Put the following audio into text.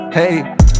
Hey